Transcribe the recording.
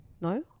no